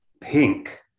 pink